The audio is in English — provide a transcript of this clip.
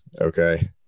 Okay